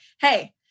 hey